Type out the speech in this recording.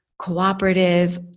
cooperative